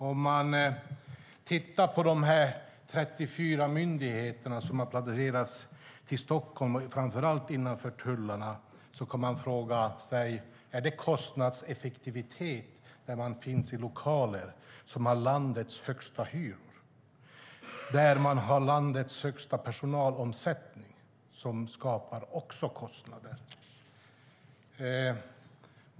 Om man tittar på de 34 myndigheter som har placerats i Stockholm, framför allt innanför tullarna, kan man fråga sig: Är det kostnadseffektivitet när de finns i lokaler som har landets högsta hyror och där personalomsättningen är högst i landet, som också skapar kostnader?